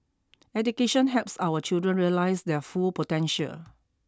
education helps our children realise their full potential